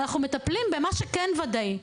אנחנו מטפלים במה שכן ודאי.